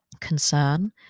concern